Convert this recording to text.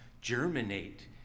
germinate